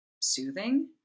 soothing